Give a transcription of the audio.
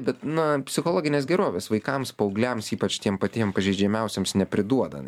bet na psichologinės gerovės vaikams paaugliams ypač tiem patiem pažeidžiamiausiems nepriduoda jinai